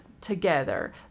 together